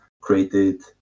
created